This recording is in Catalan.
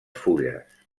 fulles